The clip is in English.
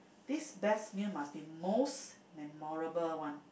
this best meal must be most memorable one